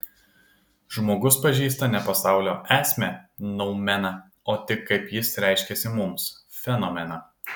žmogus pažįsta ne pasaulio esmę noumeną o tik kaip jis reiškiasi mums fenomeną